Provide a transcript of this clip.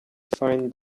fine